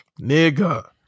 nigga